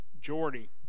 Jordy